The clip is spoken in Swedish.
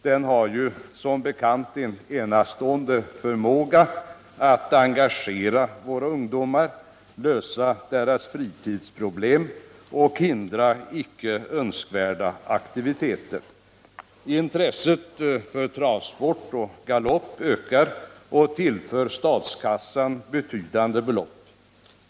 Den har som bekant en enastående förmåga att engagera våra ungdomar, lösa deras fritidsproblem och hindra icke önskvärda aktiviteter. Intresset för galoppoch travsport ökar och tillför statskassan betydande belopp.